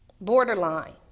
Borderline